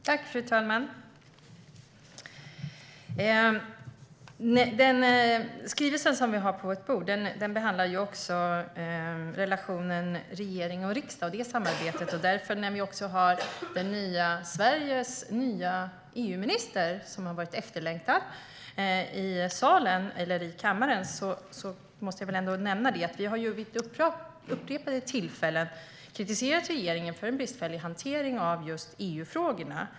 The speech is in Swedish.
Fru talman! I skrivelsen som vi har på vårt bord behandlas också relationen mellan regering och riksdag, samarbetet däremellan. Eftersom vi nu har Sveriges nya EU-minister, som har varit efterlängtad, i kammaren måste jag nämna att vi vid upprepade tillfällen har kritiserat regeringen för bristfällig hantering av just EU-frågorna.